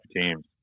teams